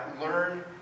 learn